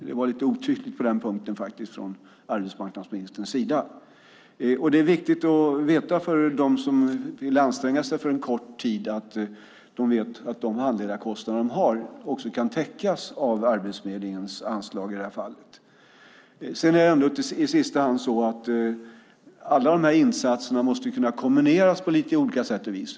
Det var lite otydligt från arbetsmarknadsministerns sida på den punkten. Det är viktigt för dem som vill anstränga sig att de vet att de handledarkostnader de har också kan täckas av Arbetsförmedlingens anslag. Alla dessa insatser kan kombineras på lite olika sätt.